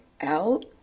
out